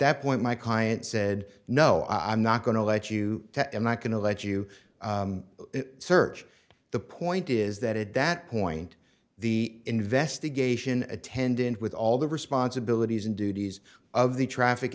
that point my client said no i'm not going to let you that i'm not going to let you search the point is that at that point the investigation attendant with all the responsibilities and duties of the traffic